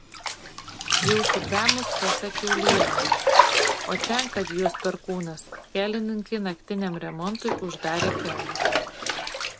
jau sutemus pasiekiau lioną o ten kad juos perkūnas kelininkai naktiniam remontui uždarė kelią